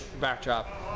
backdrop